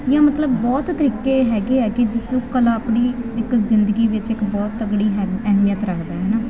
ਜਾਂ ਮਤਲਬ ਬਹੁਤ ਤਰੀਕੇ ਹੈਗੇ ਆ ਕਿ ਜਿਸਨੂੰ ਕਲਾ ਆਪਣੀ ਇੱਕ ਜ਼ਿੰਦਗੀ ਵਿੱਚ ਇੱਕ ਬਹੁਤ ਤਕੜੀ ਹਿਮ ਅਹਿਮੀਅਤ ਰੱਖਦਾ ਹੈ ਨਾ